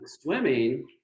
swimming